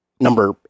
number